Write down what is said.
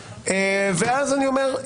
ואז אני אומר,